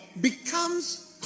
becomes